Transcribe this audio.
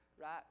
right